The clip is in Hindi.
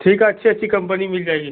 ठीक अच्छी अच्छी कम्पनी मिल जाएगी